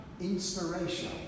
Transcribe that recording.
inspiration